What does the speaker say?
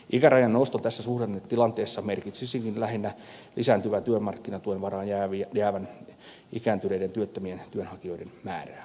ikärajan nosto tässä suhdannetilanteessa merkitsisikin lähinnä lisääntyvää työmarkkinatuen varaan jäävien ikääntyneiden työttömien työnhakijoiden määrää